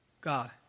God